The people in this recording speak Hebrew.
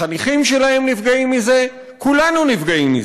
החניכים שלהם נפגעים מזה, כולנו נפגעים מזה.